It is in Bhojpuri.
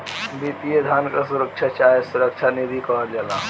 वित्तीय धन के सुरक्षा चाहे सुरक्षा निधि कहल जाला